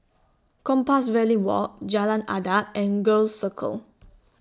Compassvale Walk Jalan Adat and Gul Circle